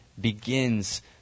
begins